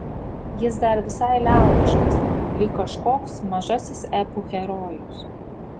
jis dar visai liaudiškas lyg kažkoks mažasis epų herojus